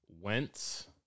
went